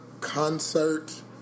concert